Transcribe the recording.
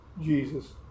Jesus